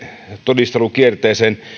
todistelukierteeseen